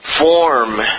form